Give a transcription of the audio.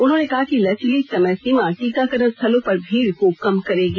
उन्होंने कहा कि लचीली समय सीमा टीकाकरण स्थलों पर भीड़ को कम करेगी